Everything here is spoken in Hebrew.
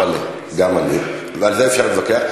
תתפלא, גם אני, ועל זה אפשר להתווכח.